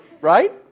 right